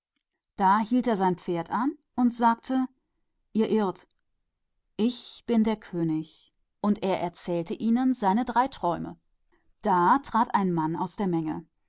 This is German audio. ihn er aber zog die zügel an und sagte nein denn ich bin der könig und er erzählte ihnen seine drei träume und ein mann trat aus der menge